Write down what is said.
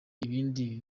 ibindi